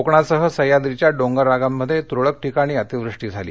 कोकणासह सह्याद्रीच्या डोंगर रांगांमध्ये तुरळक ठिकाणी अतिवृष्टी झाली